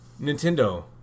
Nintendo